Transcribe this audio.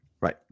Right